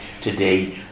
today